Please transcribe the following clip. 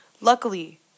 Luckily